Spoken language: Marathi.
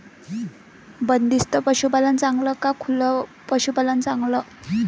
बंदिस्त पशूपालन चांगलं का खुलं पशूपालन चांगलं?